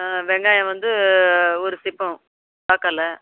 ஆ வெங்காயம் வந்து ஒரு சிப்பம்